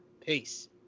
peace